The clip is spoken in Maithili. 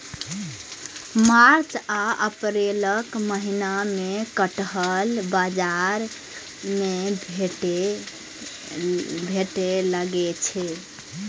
मार्च आ अप्रैलक महीना मे कटहल बाजार मे भेटै लागै छै